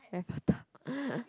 very